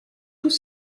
tous